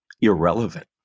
irrelevant